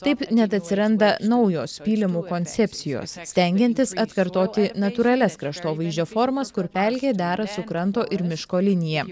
taip net atsiranda naujos pylimų koncepcijos stengiantis atkartoti natūralias kraštovaizdžio formas kur pelkė dera su kranto ir miško linija